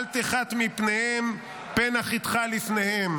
אל תחת מפניהם פן אחתך לפניהם.